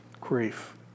Grief